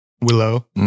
willow